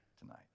tonight